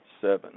Seven